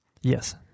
Yes